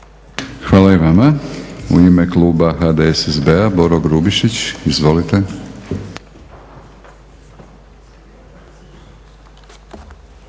Hvala i vama. U ime kluba HDSSB-a, Boro Grubišić. Izvolite. **Grubišić,